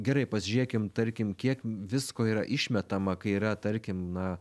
gerai pasižiūrėkim tarkim kiek visko yra išmetama kai yra tarkim na